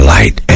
Light